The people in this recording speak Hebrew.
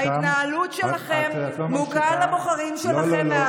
ההתנהלות שלכם מול קהל הבוחרים שלכם,